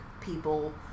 people